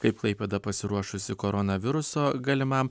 kaip klaipėda pasiruošusi koronaviruso galimam